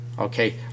Okay